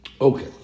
Okay